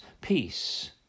peace